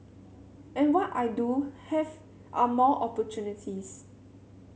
and what I do have are more opportunities